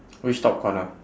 which top corner